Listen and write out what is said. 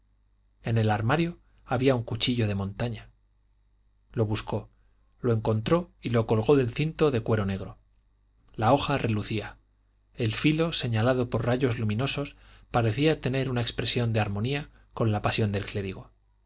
en el armario había un cuchillo de montaña lo buscó lo encontró y lo colgó del cinto de cuero negro la hoja relucía el filo señalado por rayos luminosos parecía tener una expresión de armonía con la pasión del clérigo